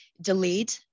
delayed